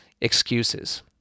excuses